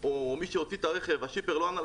או מי שהוציא את הרכב, השיפר, לא ענה לטלפון,